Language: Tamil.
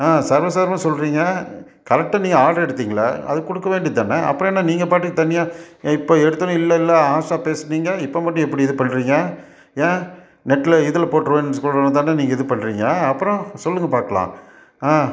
ஆ சர்வசாதாரணமாக சொல்லுறீங்க கரெக்டாக நீங்கள் ஆட்ரு எடுத்திங்களா அதை கொடுக்கவேண்டியதான அப்புறம் என்ன நீங்கள் பாட்டுக்கு தனியாக இப்போ எடுத்தவொடனே இல்லை இல்லை ஹார்ஷாக பேசினீங்க இப்போ மட்டும் எப்படி இது பண்ணுறீங்க ஏன் நெட்டில் இதில் போட்டிருவேன் சொன்னவொடனதான நீங்கள் இது பண்ணுறீங்க அப்புறோம் சொல்லுங்க பாக்கலாம் ஆ